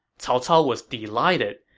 cao cao was delighted.